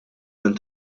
minn